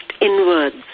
inwards